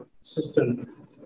system